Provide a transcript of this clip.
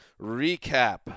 recap